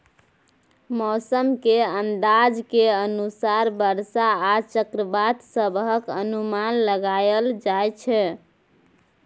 मौसम के अंदाज के अनुसार बरसा आ चक्रवात सभक अनुमान लगाइल जाइ छै